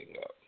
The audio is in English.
up